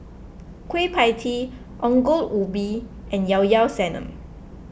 Kueh Pie Tee Ongol Ubi and Llao Llao Sanum